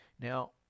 Now